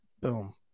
Boom